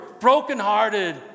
brokenhearted